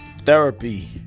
therapy